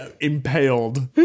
impaled